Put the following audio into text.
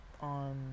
on